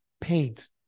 paint